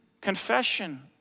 confession